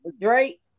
Drake